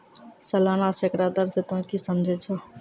सलाना सैकड़ा दर से तोंय की समझै छौं